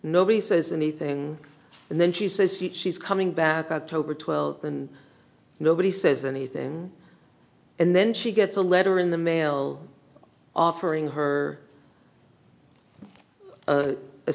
nobody says anything and then she says she's coming back october twelfth and nobody says anything and then she gets a letter in the mail offering her